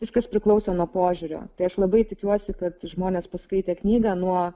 viskas priklauso nuo požiūrio tai aš labai tikiuosi kad žmonės paskaitę knygą nuo